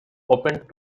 opened